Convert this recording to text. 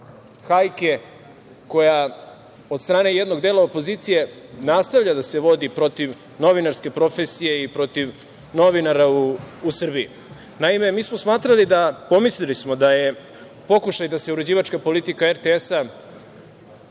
hajke koja od strane jednog dela opozicije nastavlja da se vodi protiv novinarske profesije i protiv novinara u Srbiji. Naime, mi smo pomislili da je pokušaj da se uređivačka politika RTS-a